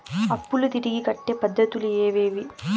అప్పులు తిరిగి కట్టే పద్ధతులు ఏవేవి